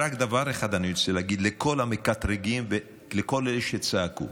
רק דבר אחד אני רוצה להגיד לכל המקטרגים ולכל אלה שצעקו: